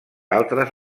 altres